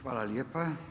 Hvala lijepa.